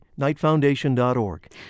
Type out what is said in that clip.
KnightFoundation.org